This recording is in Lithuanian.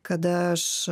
kada aš